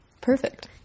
perfect